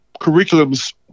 curriculums